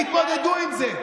תתמודדו עם זה.